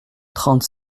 trente